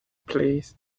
plays